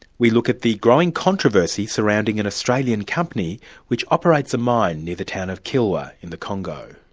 we look at the growing controversy surrounding an australian company which operates a mine near the town of kilwa in the congo.